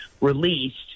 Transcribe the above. released